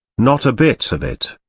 not a bit of it.